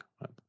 right